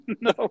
no